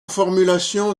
formulation